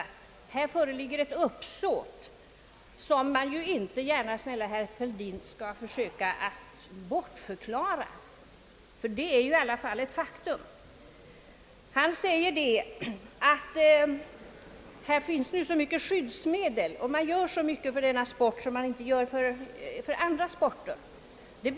Inom boxningen föreligger ett uppsåt som man inte gärna, herr Fälldin, skall försöka bortförklara, ty det är ändå ett faktum. Herr Fälldin hänvisar till att det inom boxningen vidtas så många skyddsåtgärder och att man gör så mycket för denna sport som inte görs för andra sportgrenar.